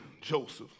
Joseph